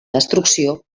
destrucció